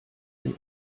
dem